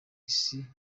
isi